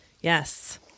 Yes